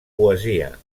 poesia